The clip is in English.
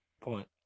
point